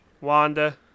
Wanda